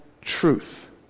truth